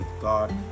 God